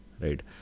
Right